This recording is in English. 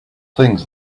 things